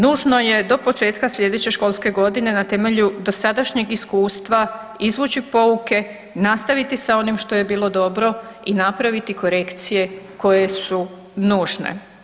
Nužno je do početka sljedeće školske godine na temelju dosadašnjeg iskustva izvući pouke, nastaviti s onim što je bilo dobro i napraviti korekcije koje su nužne.